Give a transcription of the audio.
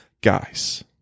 guys